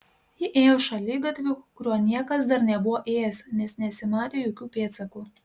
ji ėjo šaligatviu kuriuo niekas dar nebuvo ėjęs nes nesimatė jokių pėdsakų